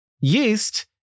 yeast